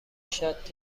شات